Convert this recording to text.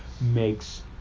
makes